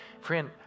friend